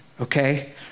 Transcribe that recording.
Okay